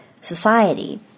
society